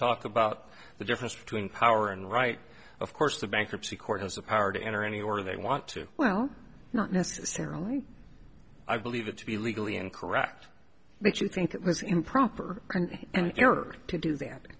talk about the difference between power and right of course the bankruptcy court has the power to enter any order they want to well not necessarily i believe it to be legally incorrect but you think it was improper and error to do that